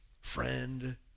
friend